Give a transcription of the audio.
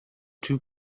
two